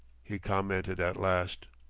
he commented at last.